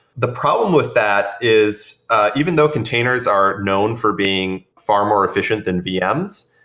the problem with that is even though containers are known for being far more efficient than vm's,